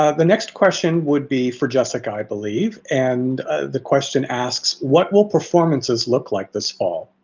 ah the next question would be for jessica, i believe, and the question asks what will performances look like this fall?